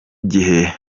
gihe